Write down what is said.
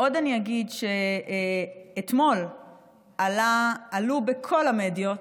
עוד אני אגיד שאתמול עלה בכל המדיות,